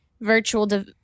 virtual